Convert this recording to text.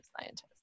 scientists